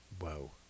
Whoa